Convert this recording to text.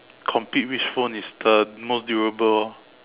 compete which phone is the most durable orh